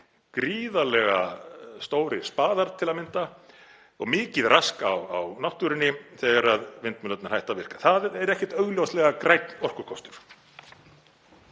gríðarlega stórir spaðar til að mynda og mikið rask á náttúrunni þegar vindmyllurnar hætta að virka. Það er ekkert augljóslega grænn orkukostur.